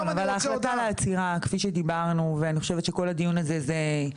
שואל שאלה פשוטה.